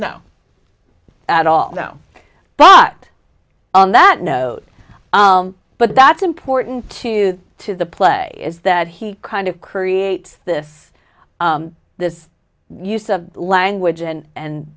now at all no but on that note but that's important to to the play is that he kind of creates this this use of language and